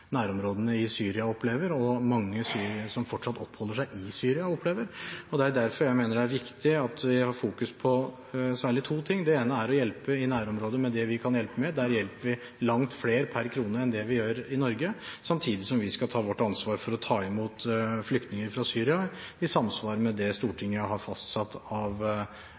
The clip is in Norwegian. nærområdene til Syria opplever, og som mange syrere som fortsatt oppholder seg i Syria, opplever. Det er derfor jeg mener det er viktig at vi fokuserer på særlig to ting. Det ene er å hjelpe i nærområdet med det vi kan hjelpe med – der hjelper vi langt flere per krone enn det vi gjør i Norge – samtidig som vi skal ta vårt ansvar for å ta imot flyktninger fra Syria i samsvar med det Stortinget har fastsatt av